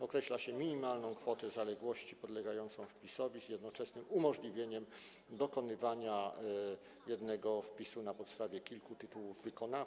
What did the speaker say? Określa się minimalną kwotę zaległości podlegającą wpisowi z jednoczesnym umożliwieniem dokonania jednego wpisu na podstawie kilku tytułów wykonawczych.